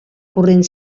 corrent